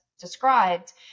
described